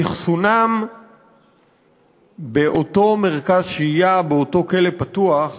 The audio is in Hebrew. אכסונם באותו מרכז שהייה, באותו כלא פתוח,